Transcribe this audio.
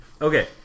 Okay